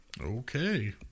Okay